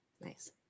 Nice